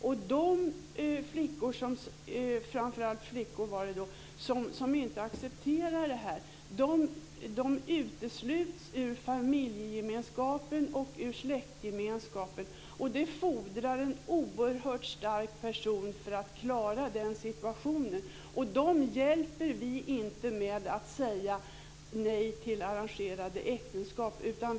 Och de flickor - det handlar framför allt om flickor - som inte accepterar detta utesluts ur familjegemenskapen och ur släktgemenskapen. Och det fordrar en oerhört stark person för att klara den situationen. Och vi hjälper inte dessa flickor genom att säga nej till arrangerade äktenskap.